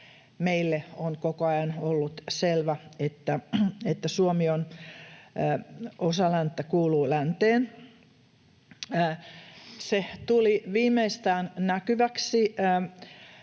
meille on koko ajan ollut selvää, että Suomi on osa länttä, kuuluu länteen. Se tuli näkyväksi